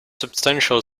substantial